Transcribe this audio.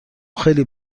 خیلی